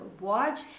watch